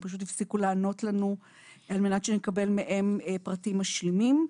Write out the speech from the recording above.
פשוט הפסיקו לענות לנו על מנת שנקבל מהם פרטים משלימים.